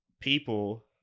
people